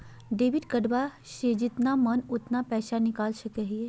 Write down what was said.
Debit कार्डबा से जितना मन उतना पेसबा निकाल सकी हय?